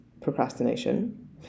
procrastination